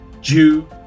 Jew